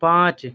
پانچ